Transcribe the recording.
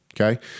Okay